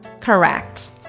Correct